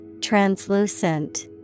Translucent